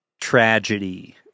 tragedy